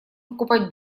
покупать